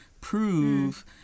prove